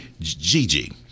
Gigi